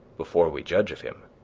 before we judge of him.